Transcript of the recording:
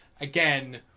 again